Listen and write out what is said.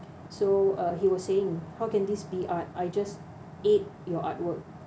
so uh he was saying how can this be art I just ate your artwork